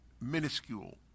minuscule